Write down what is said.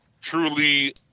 truly